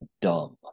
dumb